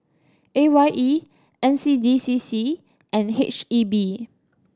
A Y E N C D C C and H E B